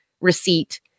receipt